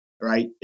right